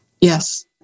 Yes